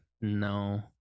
no